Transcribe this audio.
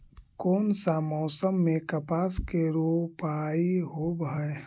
कोन सा मोसम मे कपास के रोपाई होबहय?